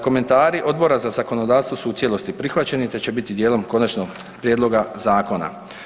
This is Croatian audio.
Komentari Odbora za zakonodavstvo su u cijelosti prihvaćeni, te će biti dijelom konačnog prijedloga zakona.